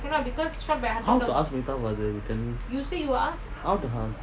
how to ask matar father you tell me how to ask